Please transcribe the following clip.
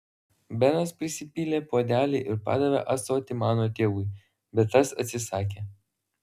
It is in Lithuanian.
benas prisipylė puodelį ir padavė ąsotį mano tėvui bet tas atsisakė